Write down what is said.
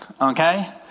Okay